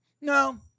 no